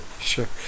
sure